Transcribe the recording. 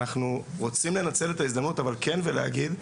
אבל אנחנו רוצים לנצל את ההזדמנות וכן להגיד,